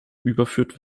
überführt